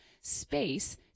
space